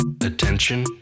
Attention